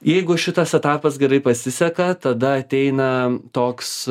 jeigu šitas etapas gerai pasiseka tada ateina toks